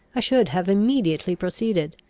i should have immediately proceeded.